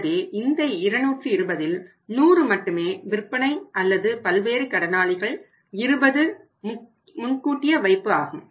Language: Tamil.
எனவே இந்த 220ல் 100 மட்டுமே விற்பனை அல்லது பல்வேறு கடனாளிகள் 20 முன்கூட்டிய வைப்பு ஆகும்